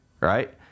right